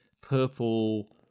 purple